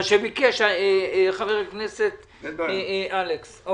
מה שביקש חבר הכנסת אלכס קושניר.